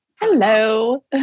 Hello